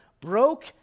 broke